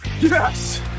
Yes